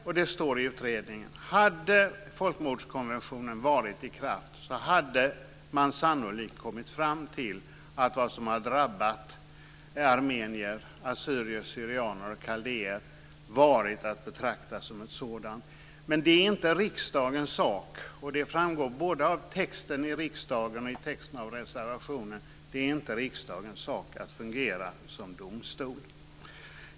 Om folkmordskonventionen hade varit i kraft - det står i utredningen - hade man sannolikt kommit fram till att det som har drabbat armenier, assyrier/syrianer och kaldéer är att betrakta som något sådant, men det är inte riksdagens sak att fungera som domstol. Det framgår både av texten i riksdagen och av texten i reservationen.